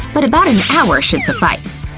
but about an hour should suffice!